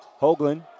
Hoagland